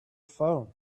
phone